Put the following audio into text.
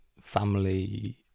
family